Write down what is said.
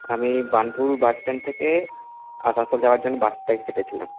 আমি Burnpur bus stand থেকে আসানসোল যাওয়ার জন্য বাসটায় চেপেছিলাম